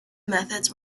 methods